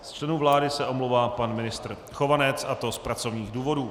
Z členů vlády se omlouvá pan ministr Chovanec, a to z pracovních důvodů.